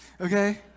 Okay